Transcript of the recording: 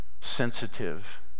sensitive